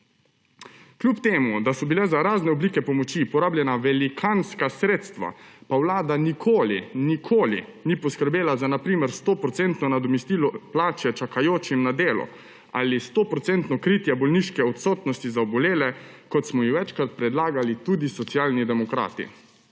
Kljub temu da so bila za razne oblike pomoči porabljena velikanska sredstva, pa Vlada nikoli, nikoli ni poskrbela za na primer 100-procentno nadomestilo plače čakajočim na delo ali 100-procentno kritje bolniške odsotnosti za obolele, kot smo ji večkrat predlagali tudi Socialni demokrati.